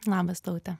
labas taute